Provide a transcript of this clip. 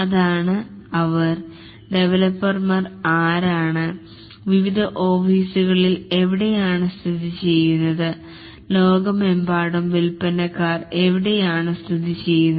അതാണ് അവർ ഡെവലപ്പർമാർ ആരാണ് വിവിധ ഓഫീസുകളിൽ എവിടെയാണ് സ്ഥിതി ചെയ്യുന്നത് ലോകമെമ്പാടും വിൽപ്പനക്കാർ എവിടെയാണ് സ്ഥിതി ചെയ്യുന്നത്